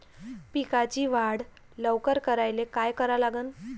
पिकाची वाढ लवकर करायले काय करा लागन?